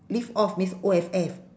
live off means O F F